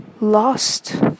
lost